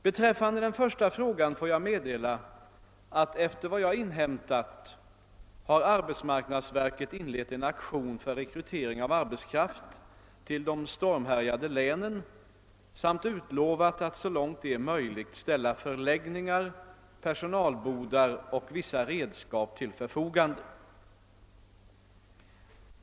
Beträffande den första frågan får jag meddela att enligt vad jag inhämtat har arbetsmarknadsverket inlett en aktion för rekrytering av arbetskraft till de stormhärjade länen samt utlovat att så långt det är möjligt ställa förläggningar, personalbodar och vissa redskap till förfogande.